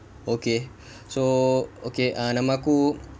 okay so okay nama aku